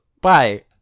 Bye